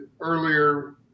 earlier